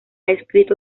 escrito